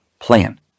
plan